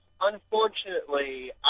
Unfortunately